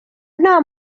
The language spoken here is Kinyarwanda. nta